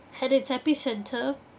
had its epicentre